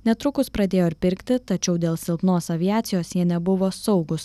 netrukus pradėjo ir pirkti tačiau dėl silpnos aviacijos jie nebuvo saugūs